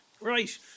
Right